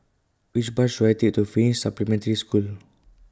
Which Bus should I Take to Finnish Supplementary School